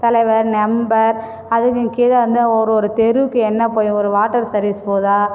தலைவர் நெம்பர் அதுக்கும் கீழே வந்து ஒரு ஒரு தெருவுக்கு என்ன இப்போ ஒரு வாட்டர் சர்வீஸ் போதா